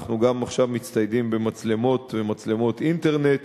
עכשיו אנחנו גם מצטיידים במצלמות ומצלמות אינטרנט